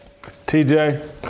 TJ